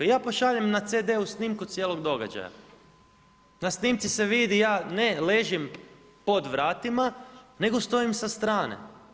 Ja pošaljem na CD-u snimku cijelog događaja, na snimci se vidi ja ne ležim pod vratima nego stojim sa strane.